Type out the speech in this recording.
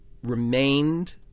remained